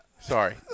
Sorry